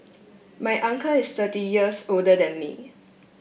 my uncle is thirty years older than me